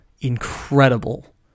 Incredible